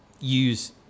use